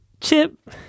Chip